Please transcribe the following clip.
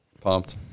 pumped